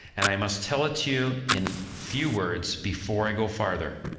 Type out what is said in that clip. and i must tell it to you in few words before i go farther,